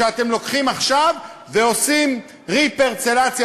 שאתם לוקחים עכשיו ועושים רה-פרצלציה,